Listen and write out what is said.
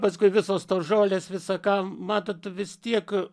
paskui visos tos žolės visa ką matot vis tiek